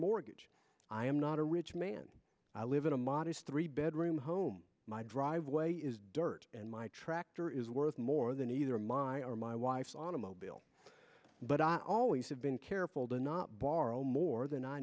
mortgage i am not a rich man i live in a modest three bedroom home my driveway is dirt and my tractor is worth more than either my or my wife's automobile but i always have been careful to not borrow more than i